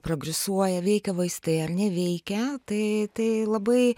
progresuoja veikia vaistai ar neveikia tai tai labai